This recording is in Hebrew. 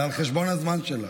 זה על חשבון הזמן שלך.